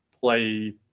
play